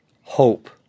hope